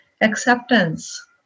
Acceptance